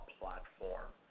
platform